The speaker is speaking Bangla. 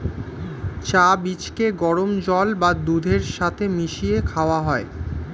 চা বীজকে গরম জল বা দুধের সাথে মিশিয়ে খাওয়া হয়